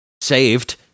saved